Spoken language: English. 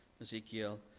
Ezekiel